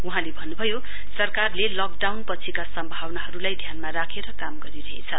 वहाँले भन्नभयो सरकारले लकडाउन पछिका सम्भावनाहरूलाई ध्यानमा राखेर काम गरिरहेछ